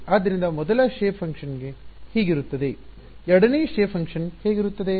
ಆದ್ದರಿಂದ ಮೊದಲ ಆಕಾರದ ಕಾರ್ಯವು ಶೇಪ್ ಫಾಂಕ್ಷನ್ ಹೀಗಿರುತ್ತದೆ ಎರಡನೇ ಆಕಾರದ ಕಾರ್ಯದ ಶೇಪ್ ಫಾಂಕ್ಷನ್ ಹೇಗಿರುತ್ತದೆ